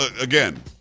again